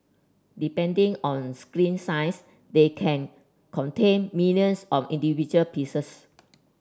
depending on screen size they can contain millions of individual pieces